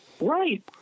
Right